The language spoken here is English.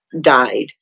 died